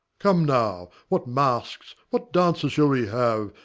come now what masques, what dances shall we have,